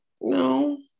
no